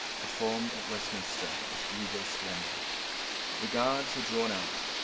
performed at westminster with regal splendour. the guards were drawn out.